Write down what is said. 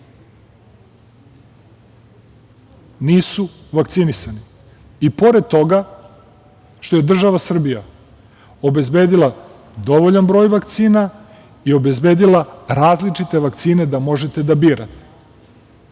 nisu vakcinisani i pored toga što je država Srbija obezbedila dovoljan broj vakcina i obezbedila različite vakcine da možete da birate.